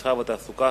המסחר והתעסוקה,